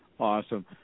Awesome